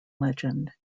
legend